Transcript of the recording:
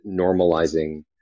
normalizing